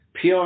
PR